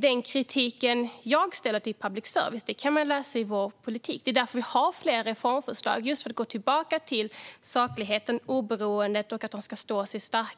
Den kritik jag riktar mot public service kan man läsa om i vår politik. Det är därför vi har flera reformförslag - just för att gå tillbaka till sakligheten och oberoendet och för att public service ska stå sig stark.